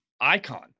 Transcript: icon